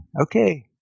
Okay